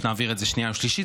שנעביר את זה בשנייה ושלישית.